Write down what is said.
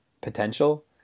potential